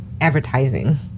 advertising